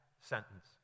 sentence